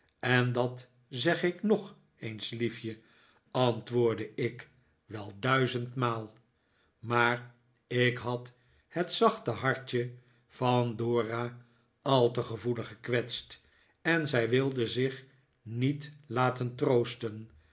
en dat zeg ik nog eens liefje antwoordde ik wel duizendmaal maar ik had het zachte hartje van dora al te gevoelig gekwetst en zij wilde zich niet laten troosten